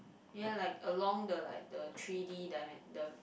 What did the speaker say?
ya like along the like the three-D dimen~ the